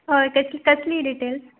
हय केसली केसली डिटेल्स